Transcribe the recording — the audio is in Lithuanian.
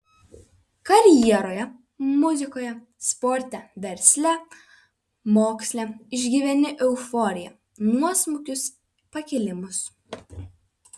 karjeroje muzikoje sporte versle moksle išgyveni euforiją nuosmukius pakilimus